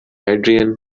adrian